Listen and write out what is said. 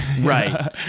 Right